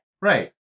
Right